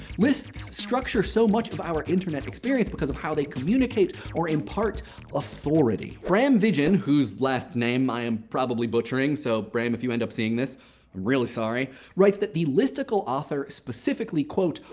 lists structure so much of our internet experience because of how they communicate or impart authority. bram vijgen whose last name i am probably butchering, so bram, if you end up seeing this, i'm really sorry writes that the listicle author specifically, quote,